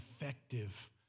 effective